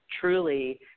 truly